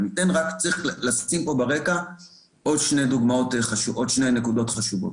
אני כן צריך רק לשים פה ברקע עוד שתי נקודות חשובות.